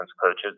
coaches